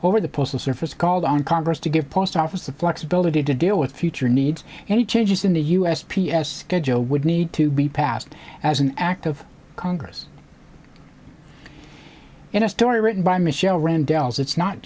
over the postal service called on congress to give post office the flexibility to deal with future needs any changes in the u s p s schedule would need to be passed as an act of congress in a story written by michelle rand dells it's not